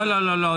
לא, לא הסכמתי.